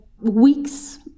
weeks